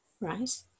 right